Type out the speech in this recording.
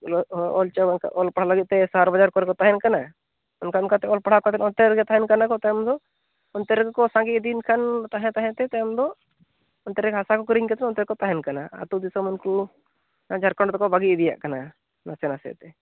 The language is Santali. ᱩᱱᱟᱹᱜ ᱦᱚᱸ ᱚᱞᱪᱚ ᱚᱞ ᱯᱟᱲᱦᱟᱣ ᱞᱟᱹᱜᱤᱫ ᱛᱮ ᱥᱟᱦᱟᱨ ᱵᱟᱡᱟᱨ ᱠᱚᱨᱮ ᱠᱚ ᱛᱟᱦᱮᱱ ᱠᱟᱱᱟ ᱚᱱᱠᱟ ᱚᱱᱠᱟᱛᱮ ᱚᱞ ᱯᱟᱲᱦᱟᱣ ᱠᱟᱛᱮᱫ ᱚᱱᱛᱮ ᱨᱮᱜᱮ ᱛᱟᱦᱮᱱ ᱠᱟᱱᱟ ᱠᱚ ᱛᱟᱭᱚᱢ ᱫᱚ ᱚᱱᱛᱮ ᱨᱮᱜᱮ ᱠᱚ ᱥᱟᱸᱜᱮ ᱤᱫᱤᱭᱮᱱ ᱠᱷᱟᱱ ᱛᱟᱦᱮᱸ ᱛᱟᱦᱮᱸᱛᱮ ᱛᱟᱭᱚᱢ ᱫᱚ ᱚᱱᱛᱮ ᱨᱮᱜᱮ ᱦᱟᱥᱟᱠᱚ ᱠᱤᱨᱤᱧ ᱠᱟᱛᱮ ᱚᱱᱛᱮ ᱨᱮᱜᱮᱠᱚ ᱛᱟᱦᱮᱱ ᱠᱟᱱᱟ ᱟᱛᱳ ᱫᱤᱥᱚᱢ ᱩᱱᱠᱩ ᱡᱷᱟᱲᱠᱷᱚᱱᱰ ᱫᱚᱠᱚ ᱵᱟᱹᱜᱤ ᱤᱫᱤᱭᱟᱜ ᱠᱟᱱᱟ ᱱᱟᱥᱮ ᱱᱟᱥᱮᱛᱮ